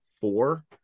four